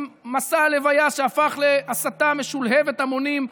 עם מסע הלוויה שהפך להסתה משולהבת המונים,